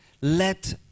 let